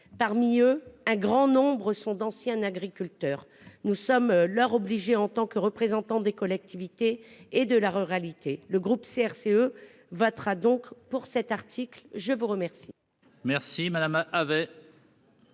Parmi eux, un grand nombre sont d'anciens agriculteurs. Nous sommes leurs obligés, en tant que représentants des collectivités et de la ruralité. Le groupe CRCE votera donc cet article. Très bien